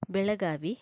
Belagavi